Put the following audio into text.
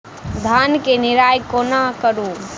धान केँ निराई कोना करु?